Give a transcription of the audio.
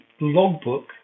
logbook